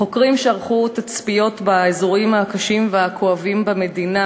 חוקרים שערכו תצפיות באזורים הקשים והכואבים במדינה,